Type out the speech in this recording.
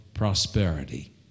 prosperity